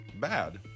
bad